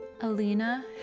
Alina